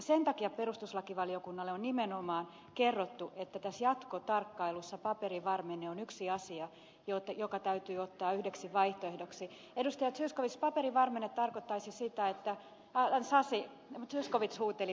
sen takia perustuslakivaliokunnalle on nimenomaan kerrottu että tässä jatkotarkkailussa paperivarmenne on yksi asia joka täytyy ottaa yhdeksi vaihtoehdoksi edustaja zyskowicz paperivarmenne tarkoittaisi sitä että alain sarsin keskarit suuteli